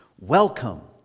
welcome